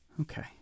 Okay